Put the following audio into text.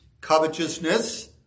Covetousness